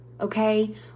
okay